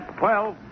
twelve